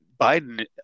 Biden